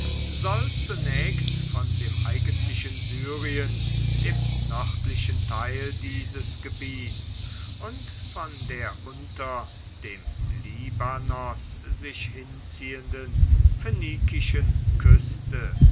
soll zunächst von dem eigentlichen syriens dem nördlichen teil dieses gebiets und von der unter dem libanos sich hinziehenden phönikischen küste